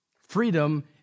Freedom